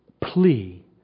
Plea